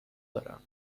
دارم